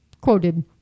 quoted